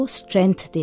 strength